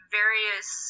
various